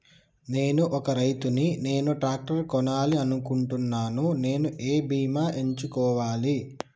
నేను ఒక రైతు ని నేను ట్రాక్టర్ కొనాలి అనుకుంటున్నాను నేను ఏ బీమా ఎంచుకోవాలి?